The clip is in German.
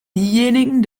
diejenigen